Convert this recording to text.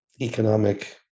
economic